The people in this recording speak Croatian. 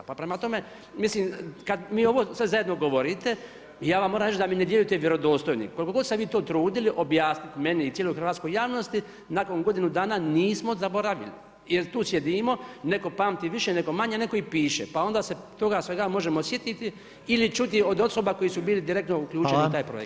Pa prema tome, mislim, kad mi ovo sve zajedno govorite, ja vam moram reći da mi ne djelujete vjerodostojni koliko god se vi to trudili objasniti meni i cijeloj hrvatskoj javnosti, nakon godine dana nismo zaboravili jer tu sjedimo, neko pamti više, neko manje, neko i piše pa onda se toga svega možemo sjetiti ili čuti od osoba koje su bile direktno uključene u taj projekt.